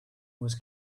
was